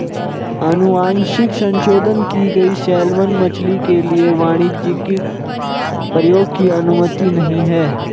अनुवांशिक संशोधन की गई सैलमन मछली के लिए वाणिज्यिक प्रयोग की अनुमति नहीं है